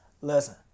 Listen